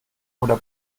oder